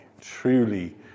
truly